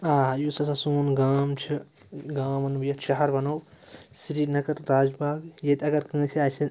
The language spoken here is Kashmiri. آ یُس ہَسا سون گام چھُ گام وَنہٕ بہٕ یا شَہر وَنو سریٖنگر راج باغ ییٚتہِ اگر کٲنٛسہِ آسہِ